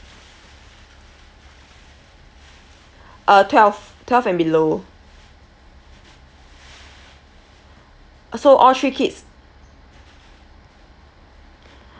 uh twelve twelve and below uh so all three kids